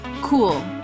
Cool